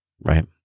right